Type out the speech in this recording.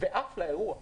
ועף לאירוע.